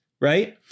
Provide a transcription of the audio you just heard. Right